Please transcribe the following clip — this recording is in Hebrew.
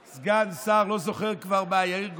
סגן, שר, לא זוכר כבר, יאיר גולן?